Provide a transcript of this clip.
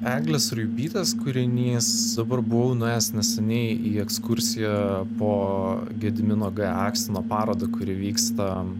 eglės ruibytės kūrinys dabar buvau nuėjęs neseniai į ekskursiją po gedimino g akstino parodą kuri vyksta